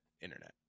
internet